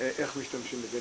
איך משתמשים בדיגיטל.